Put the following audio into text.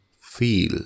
feel